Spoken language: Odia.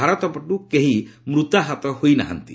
ଭାରତପଟୁ କେହି ମୃତାହତ ହୋଇନାହାନ୍ତି